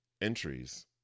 entries